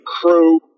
crew